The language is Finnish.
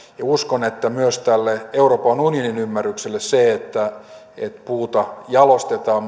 uskon että myös tälle euroopan unionin ymmärrykselle se että puuta jalostetaan